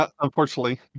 Unfortunately